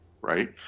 right